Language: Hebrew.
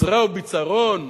"עזרה וביצרון"